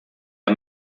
der